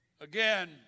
again